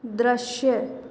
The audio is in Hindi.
दृश्य